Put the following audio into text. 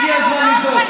הגיע הזמן לבדוק.